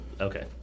okay